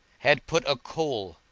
had put a coal,